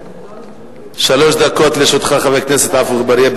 שלוש דקות לרשותך, חבר הכנסת אגבאריה.